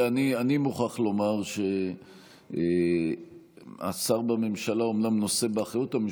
אני מוכרח לומר ששר בממשלה אומנם נושא באחריות המשותפת,